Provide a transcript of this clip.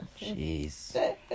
Jeez